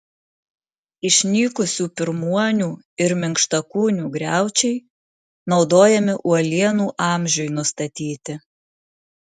išnykusių pirmuonių ir minkštakūnių griaučiai naudojami uolienų amžiui nustatyti